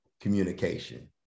Communication